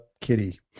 kitty